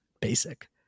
basic